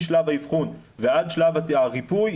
משלב האבחון ועד שלב הריפוי,